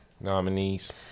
Nominees